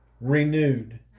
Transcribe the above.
renewed